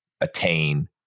attain